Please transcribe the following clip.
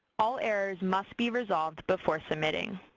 all errors must be resolved before submitting.